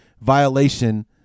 violation